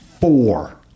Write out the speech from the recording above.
four